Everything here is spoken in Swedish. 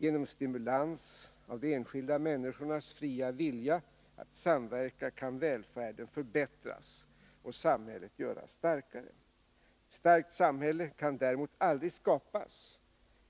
Genom stimulans av de enskilda människornas fria vilja att samverka kan välfärden förbättras och samhället göras starkare. Ett starkt samhälle kan däremot aldrig skapas